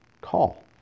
call